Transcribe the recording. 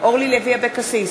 אורלי לוי אבקסיס,